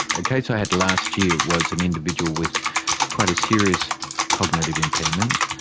a case i had last year was an individual with quite a serious cognitive impairment,